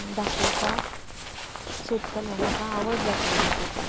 दाखोवपाक सोदतले म्हाका आवड जातली दाखोवपाक